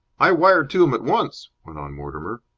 i wired to him at once, went on mortimer,